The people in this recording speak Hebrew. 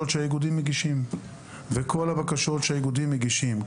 שהאיגודים מגישים וכל הבקשות שהאיגודים מגישים,